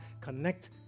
connect